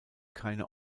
keine